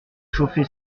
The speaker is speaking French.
chauffer